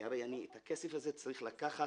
כי הרי אני את הכסף הזה צריך לקחת.